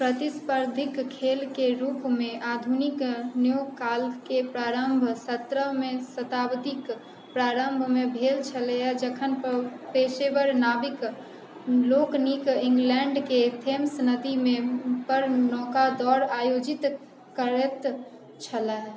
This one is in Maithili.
प्रतिस्पर्धीके खेलके रूपमे आधुनिक न्यू कालके प्रारम्भ सतरहमे शताब्दीके प्रारम्भमे भेल छलैए जखन पेशेवर नाविक लोकनिक इंग्लैण्डके थेम्स नदीमे पर नौकादौड़ आयोजित करैत छलैए